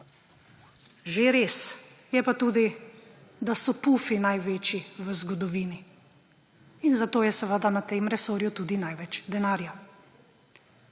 Že res je pa tudi, da so pufi največji v zgodovini – in zato je seveda na tem resorju tudi največ denarja.